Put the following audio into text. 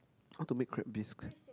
how to make crab bisque